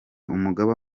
umugaba